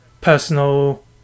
personal